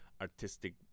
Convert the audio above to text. artistic